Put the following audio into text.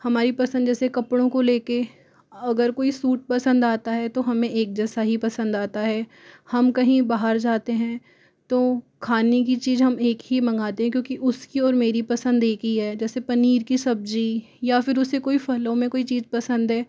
हमारी पसंद जैसे कपड़ों को लेकर अगर कोई सूट पसंद आता है तो हमें एक जैसा ही पसंद आता है हम कहीं बाहर जाते हैं तो खाने की चीज़ हम एक ही मंगाते हैं क्योंकि उसकी और मेरी पसंद एक ही है जैसे पनीर की सब्ज़ी या फ़िर उसे कोई फलों में कोई चीज़ पसंद है